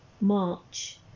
March